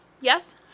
Yes